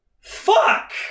fuck